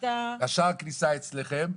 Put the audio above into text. שער הכניסה אצלכם.